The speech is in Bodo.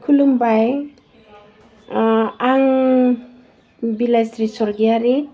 खुलुमबाय अह आं बिलाइस्रि सरगियारि